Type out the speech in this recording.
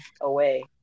away